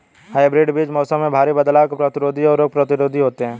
hybrid बीज मौसम में भारी बदलाव के प्रतिरोधी और रोग प्रतिरोधी होते हैं